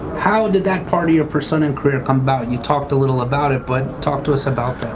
how did that part of your persona and career come about? you talked a little about it but talk to us about that.